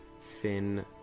thin